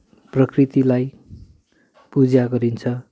प्रकृतिलाई पूजा गरिन्छ